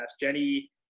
jenny